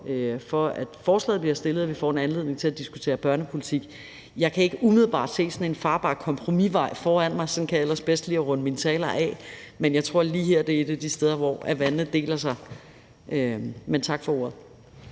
for, at forslaget bliver fremsat, og at vi får en anledning til at diskutere børnepolitik. Jeg kan ikke umiddelbart se sådan en farbar kompromisvej foran mig. Sådan kan jeg ellers bedst lide at runde mine taler af, men jeg tror, at lige det her er et af de steder, hvor vandene deler sig. Men tak for ordet.